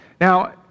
Now